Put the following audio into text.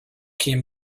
kim